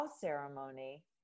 ceremony